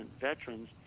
veterans